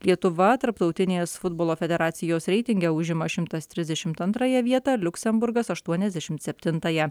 lietuva tarptautinės futbolo federacijos reitinge užima šimtas trisdešimt antrąją vietą liuksemburgas aštuoniasdešimt septintąją